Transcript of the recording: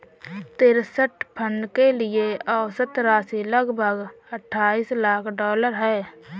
trust fund के लिए औसत राशि लगभग अट्ठाईस लाख डॉलर है